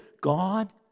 God